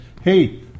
hey